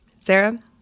Sarah